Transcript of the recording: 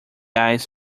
eyes